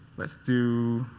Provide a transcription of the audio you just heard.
let's do